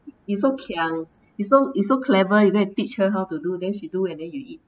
you so kiang you so you so clever you go and teach her how to do then she do and then you eat